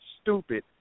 stupid